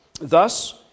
Thus